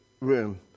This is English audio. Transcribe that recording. room